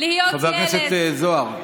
להיות ילד, חבר הכנסת זוהר,